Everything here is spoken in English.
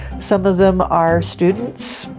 some of them are students,